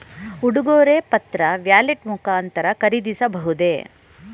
ಉಡುಗೊರೆ ಪತ್ರ ವ್ಯಾಲೆಟ್ ಮುಖಾಂತರ ಖರೀದಿಸಬಹುದೇ?